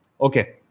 Okay